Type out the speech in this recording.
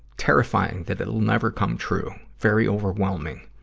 terrifying that it'll never come true. very overwhelming.